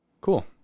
Cool